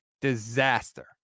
Disaster